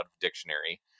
dictionary